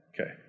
Okay